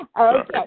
Okay